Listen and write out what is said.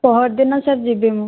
ପହର ଦିନ ସାର୍ ଯିବି ମୁଁ